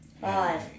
Five